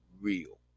real